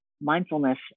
mindfulness